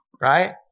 right